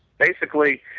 basically,